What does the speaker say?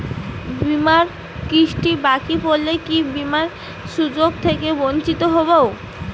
বিমার কিস্তি বাকি পড়লে কি বিমার সুযোগ থেকে বঞ্চিত হবো?